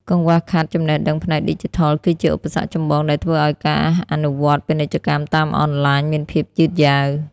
កង្វះខាតចំណេះដឹងផ្នែកឌីជីថល គឺជាឧបសគ្គចម្បងដែលធ្វើឱ្យការអនុវត្តពាណិជ្ជកម្មតាមអនឡាញមានភាពយឺតយ៉ាវ។